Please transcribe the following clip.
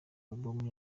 album